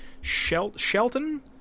Shelton